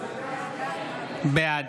בעד